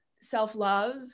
self-love